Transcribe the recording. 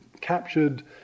captured